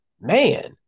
man